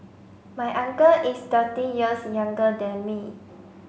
my uncle is thirty years younger than me